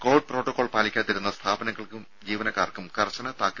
Covid protocol പാലിക്കാതിരുന്ന സ്ഥാപനങ്ങൾക്കും ജീവനക്കാർക്കും കർശന താക്കീത് നൽകി